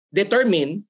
determine